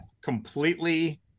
completely